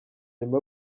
nyuma